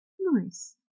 Nice